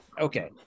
okay